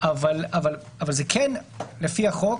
אבל זה כן לפי החוק